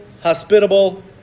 hospitable